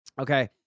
Okay